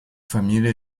familie